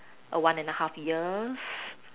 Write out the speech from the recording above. a one and half years